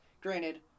Granted